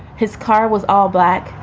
his car was all black,